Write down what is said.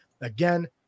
Again